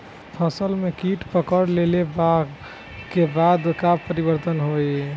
फसल में कीट पकड़ ले के बाद का परिवर्तन होई?